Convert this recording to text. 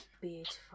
Beautiful